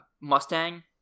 Mustang